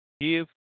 Give